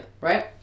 right